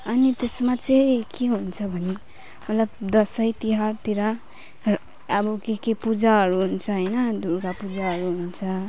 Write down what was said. अनि त्यसमा चाहिँ के हुन्छ भने मतलब दसैँ तिहारतिर र अब के के पूजाहरू हुन्छ होइन दुर्गा पूजाहरू हुन्छ